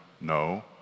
no